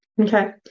Okay